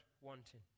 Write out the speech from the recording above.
wanting